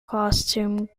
costume